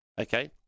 Okay